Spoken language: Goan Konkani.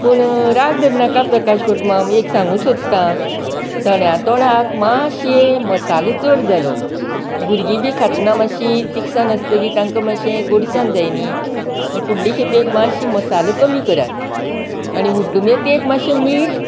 पूण राग धरनाका प्रकाश भटमाम एक सांगोंक सोदता चण्या तोंडाक मात्शें मसालो चड जालो भुरगीं बी खातना मातशी तिखसाण आसतकीर तांकां मातशें गोडसाण जाय न्ही फुडले खेपेक मातशी मसालो कमी करात आनी उड्डमेथयेक मातशें मीठ